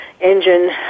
engine